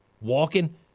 walking